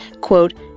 quote